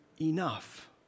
enough